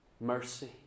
mercy